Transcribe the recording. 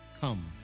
Come